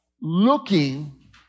looking